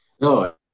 No